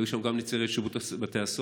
והיו שם גם נציגים של שירות בתי הסוהר,